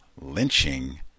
Lynching